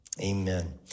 Amen